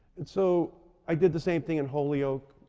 and so i did the same thing in holyoke.